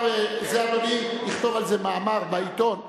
אדוני יכתוב על זה מאמר בעיתון,